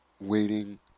waiting